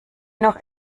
noch